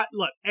look